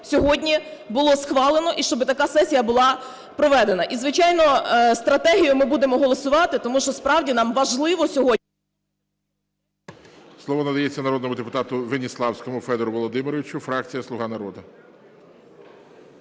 сьогодні було схвалено і щоб така сесія була проведена. І, звичайно, стратегію ми будемо голосувати, тому що справді нам важливо сьогодні… ГОЛОВУЮЧИЙ. Слово надається народному депутату Веніславському Федору Володимировичу, фракція "Слуга народу".